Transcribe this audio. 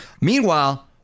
Meanwhile